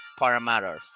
parameters